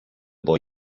boy